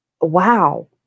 wow